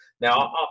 Now